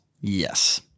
Yes